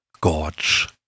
gorge